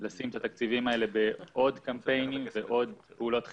לשים את התקציבים האלה בעוד קמפיינים ועוד פעולות חינוך.